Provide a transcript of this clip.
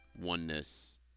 oneness